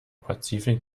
pazifik